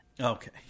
Okay